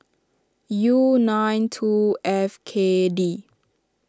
U nine two F K D